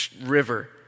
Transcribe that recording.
river